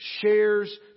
shares